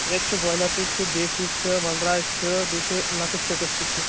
ییٚتہِ چھِ بوٚیلَر تہِ چھِ دیسی چھِ وَنراج چھِ بیٚیہِ چھ لَکٕٹۍ چِکٕس تہِ چھِ